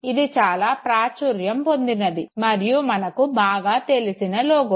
ఇది చాలా ప్రాచుర్యం పొందినది మరియు మనకు బాగా తెలిసిన లోగో